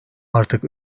artık